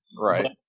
Right